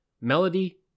melody